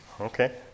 Okay